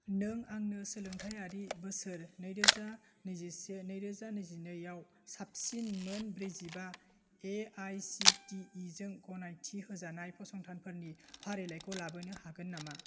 नों आंनो सोलोंथायारि बोसोर नैरोजा नैजिसे नैरोजा नैजिनैआव साबसिन मोन ब्रैजिबा A I C T E जों गनायथि होजानाय फसंथानफोरनि फारिलाइखौ लाबोनो हागोन नामा